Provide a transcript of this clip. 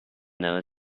never